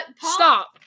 Stop